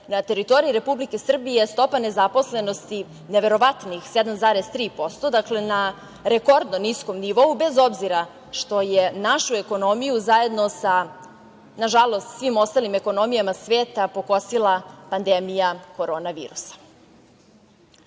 na teritoriji Republike Srbije stopa nezaposlenosti neverovatnih 7,3%, dakle na rekordno niskom nivou bez obzira što je našu ekonomiju, zajedno sa nažalost svim ostalim ekonomijama sveta pokosila pandemija korona